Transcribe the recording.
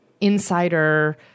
insider